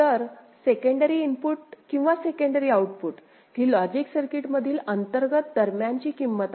तर secondary input किंवा secondary output ही लॉजिक सर्किटमधील अंतर्गत दरम्यानची किंमत आहे